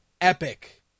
epic